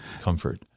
comfort